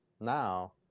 Now